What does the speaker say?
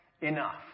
enough